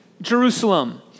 Jerusalem